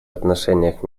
отношениях